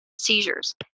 seizures